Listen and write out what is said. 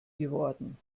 geworden